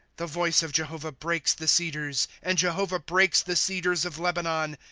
the voice of jehovah breaks the cedars and jehovah breaks the cedars of lebanon.